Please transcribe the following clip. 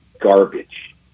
garbage